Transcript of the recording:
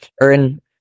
earn